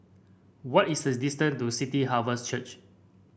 what is the distant to City Harvest Church